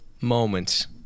moments